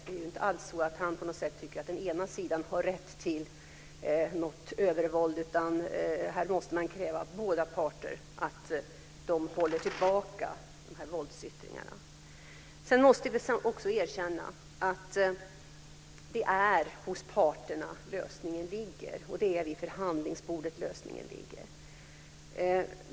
Det är inte alls så att han på något sätt tycker att den ena sidan har rätt till något övervåld, utan här måste man kräva av båda parter att de håller tillbaka dessa våldsyttringar. Vi måste också erkänna att det är hos parterna som lösningen ligger, och det är vid förhandlingsbordet som lösningen ligger.